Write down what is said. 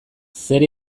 zer